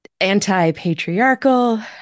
anti-patriarchal